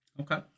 Okay